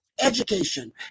education